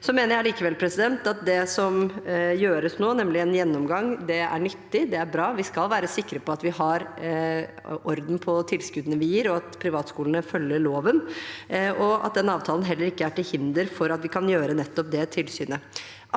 Jeg mener allikevel at det som gjøres nå, nemlig en gjennomgang, er nyttig og bra. Vi skal være sikre på at vi har orden på tilskuddene vi gir, at privatskolene følger loven, og at den avtalen heller ikke er til hinder for at vi kan gjøre nettopp det tilsynet.